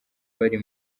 bari